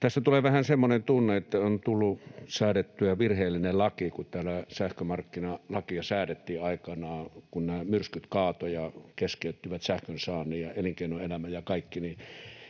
Tässä tulee vähän semmoinen tunne, että on tullut säädettyä virheellinen laki, kun täällä sähkömarkkinalakia säädettiin aikanaan, kun nämä myrskyt kaatoivat ja keskeyttivät sähkönsaannin ja elinkeinoelämän ja kaikki.